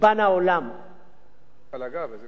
פָּלָגה, אבל אני אגיד לכם גם וידוי אישי.